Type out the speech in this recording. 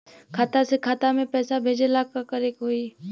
खाता से खाता मे पैसा भेजे ला का करे के होई?